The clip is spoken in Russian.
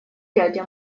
дядя